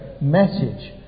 message